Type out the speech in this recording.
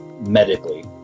medically